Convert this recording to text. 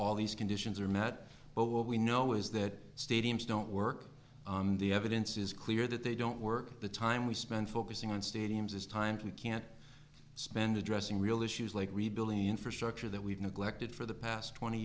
all these conditions are met but what we know is that stadiums don't work the evidence is clear that they don't work the time we spend focusing on stadiums is time we can't spend addressing real issues like rebuilding the infrastructure that we've neglected for the past twenty